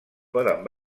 poden